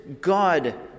God